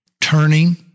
Turning